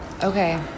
Okay